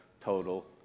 total